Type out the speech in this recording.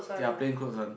their plain clothes on